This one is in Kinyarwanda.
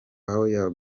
aho